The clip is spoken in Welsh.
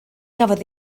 gafodd